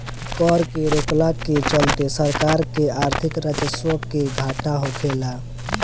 कर के रोकला के चलते सरकार के आर्थिक राजस्व के घाटा होखेला